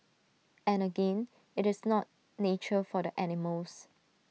and again IT is not nature for the animals